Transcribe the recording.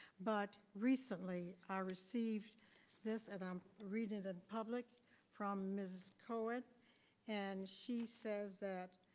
but recently i received this and i'm reading the public from mrs. coeing and she says that